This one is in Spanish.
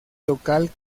local